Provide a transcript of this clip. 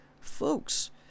Folks